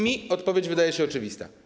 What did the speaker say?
Mnie odpowiedź wydaje się oczywista.